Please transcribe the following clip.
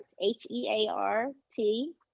H-E-A-R-T